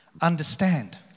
understand